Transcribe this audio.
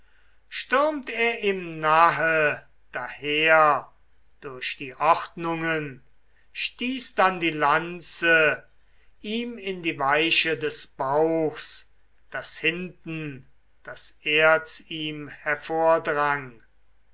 stürmt er ihm nahe daher durch die ordnungen stieß dann die lanze ihm in die weiche des bauchs daß hinten das erz ihm